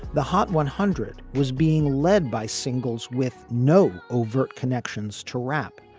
the hot one hundred was being led by singles with no overt connections to rap,